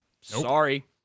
Sorry